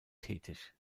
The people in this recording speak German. tätig